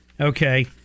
Okay